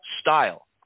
style